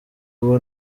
ubu